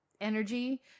energy